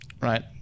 right